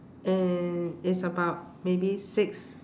and it's about maybe six